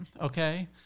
okay